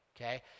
okay